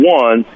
one